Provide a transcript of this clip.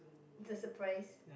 the surprise